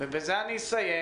ובזה אני אסיים